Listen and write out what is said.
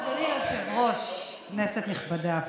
אדוני היושב-ראש, כנסת נכבדה,